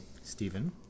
Stephen